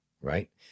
right